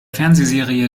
fernsehserie